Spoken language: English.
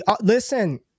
Listen